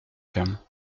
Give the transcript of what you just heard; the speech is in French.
ferme